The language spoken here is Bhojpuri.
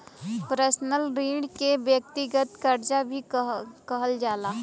पर्सनल ऋण के व्यक्तिगत करजा भी कहल जाला